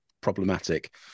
problematic